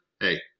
hey